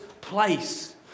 place